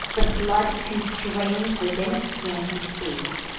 the flood, constrain'd within a scanty space,